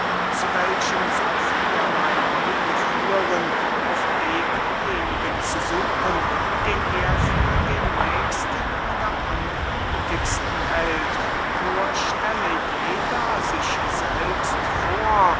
zu welchem so vielerley wege führen auf demjenigen zu suchen den er für den nächsten oder anmuthigsten hält nur stelle jeder sich selbst vor